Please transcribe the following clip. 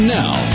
now